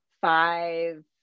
five